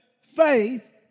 faith